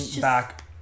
back